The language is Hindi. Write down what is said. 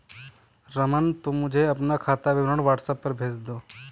रमन, तुम मुझे अपना खाता विवरण व्हाट्सएप पर भेज दो